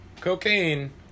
cocaine